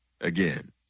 again